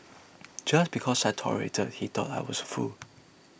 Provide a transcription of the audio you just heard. just because I tolerated he thought I was a fool